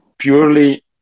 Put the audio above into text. purely